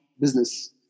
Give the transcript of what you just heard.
business